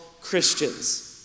Christians